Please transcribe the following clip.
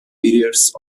periods